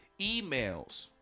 emails